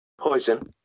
Poison